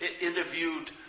interviewed